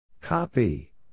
Copy